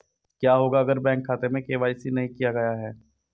क्या होगा अगर बैंक खाते में के.वाई.सी नहीं किया गया है?